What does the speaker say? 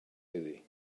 iddi